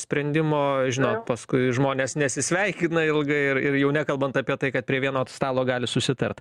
sprendimo žinot paskui žmonės nesisveikina ilgai ir ir jau nekalbant apie tai kad prie vieno stalo gali susitart